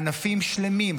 ענפים שלמים,